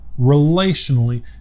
relationally